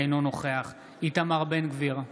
אינו נוכח איתמר בן גביר,